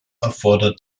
erfordert